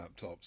laptops